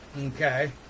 Okay